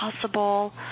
possible